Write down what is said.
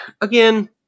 again